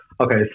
Okay